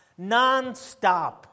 nonstop